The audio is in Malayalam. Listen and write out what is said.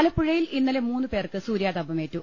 ആലപ്പുഴയിൽ ഇന്നലെ മൂന്ന് പേർക്ക് സൂര്യാതപമേറ്റു